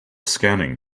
scanning